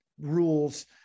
rules